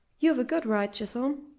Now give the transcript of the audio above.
you've a good right, chisholm,